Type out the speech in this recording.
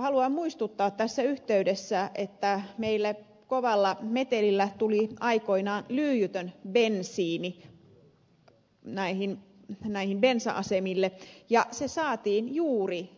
haluan muistuttaa tässä yhteydessä että meille kovalla metelillä tuli aikoinaan lyijytön bensiini bensa asemille ja se saatiin juuri